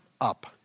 up